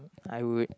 I would